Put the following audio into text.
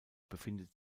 befindet